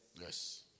Yes